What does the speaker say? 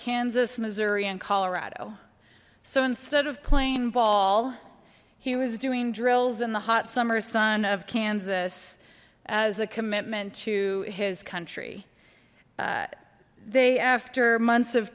kansas missouri and colorado so instead of playing ball he was doing drills in the hot summer sun of kansas as a commitment to his country they after months of